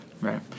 right